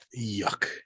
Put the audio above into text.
yuck